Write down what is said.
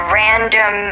random